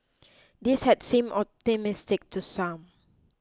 this had seemed optimistic to some